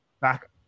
back